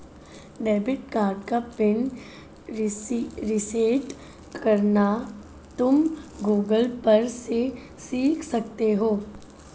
debit card का pin reset करना तुम गूगल पर से सीख सकते हो